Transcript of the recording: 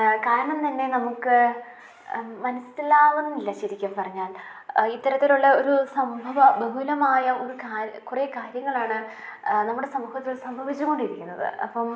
കാരണം തന്നെ നമുക്ക് മനസ്സിലാകുന്നില്ല ശരിക്കും പറഞ്ഞാൽ ഇത്തരത്തിലുള്ള ഒരു സംഭവ ബഹുലമായ ഒരു കാ കുറേ കാര്യങ്ങളാണ് നമ്മുടെ സമൂഹത്തിൽ സംഭവിച്ചു കൊണ്ടിരിക്കുന്നത് അപ്പം